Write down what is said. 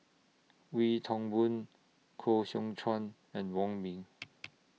Wee Toon Boon Koh Seow Chuan and Wong Ming